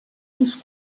uns